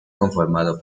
conformado